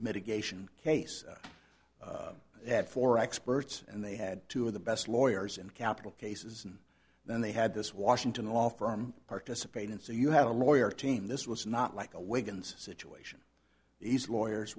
mitigation case that for experts and they had two of the best lawyers in capital cases and then they had this washington law firm participate in so you have a lawyer team this was not like a wiggins situation these lawyers